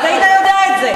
היית יודע את זה.